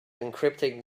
encrypting